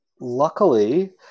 luckily